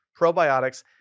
probiotics